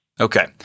Okay